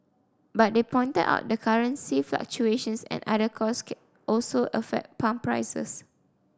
but they pointed out that currency fluctuations and other costs also affect pump prices